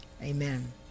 Amen